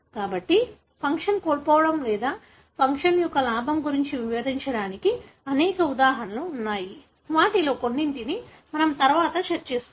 కాబట్టి ఫంక్షన్ కోల్పోవడం లేదా ఫంక్షన్ యొక్క లాభం గురించి వివరించడానికి అనేక ఉదాహరణలు ఉన్నాయి వాటిలో కొన్నింటిని మనం తరువాత చర్చిస్తాము